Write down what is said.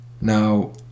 Now